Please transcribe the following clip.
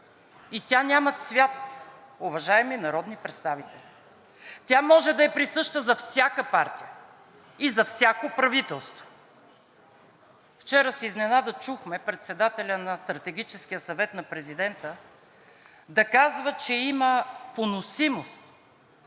и тя няма цвят, уважаеми народни представители. Тя може да е присъща за всяка партия и за всяко правителство. Вчера с изненада чухме председателят на Стратегическия съвет на президента да казва, че има поносимост